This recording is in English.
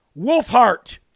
Wolfheart